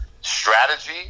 strategy